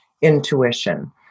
intuition